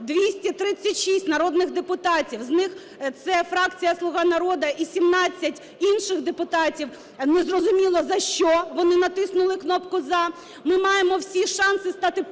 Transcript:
236 народних депутатів, з них це фракція "Слуга народу" і 17 інших депутатів, не зрозуміло, за що вони натиснули кнопку "за", ми маємо всі шанси стати першою